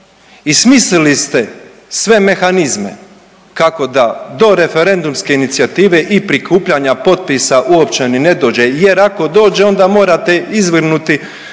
I smislili ste sve mehanizme kako da do referendumske inicijative i prikupljanja potpisa uopće ni ne dođe jer ako dođe onda morate izvrgnuti